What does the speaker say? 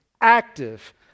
active